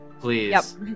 Please